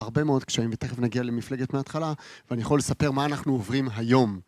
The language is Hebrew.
הרבה מאוד קשיים ותכף נגיע למפלגת מההתחלה, ואני יכול לספר מה אנחנו עוברים היום.